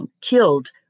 killed